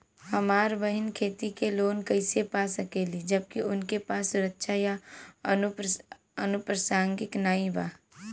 हमार बहिन खेती के लोन कईसे पा सकेली जबकि उनके पास सुरक्षा या अनुपरसांगिक नाई बा?